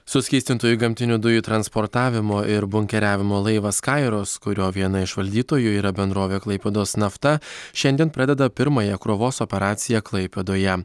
suskystintųjų gamtinių dujų transportavimo ir bunkeriavimo laivas kairos kurio viena iš valdytojų yra bendrovė klaipėdos nafta šiandien pradeda pirmąją krovos operaciją klaipėdoje